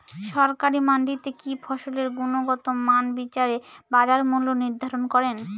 সরকারি মান্ডিতে কি ফসলের গুনগতমান বিচারে বাজার মূল্য নির্ধারণ করেন?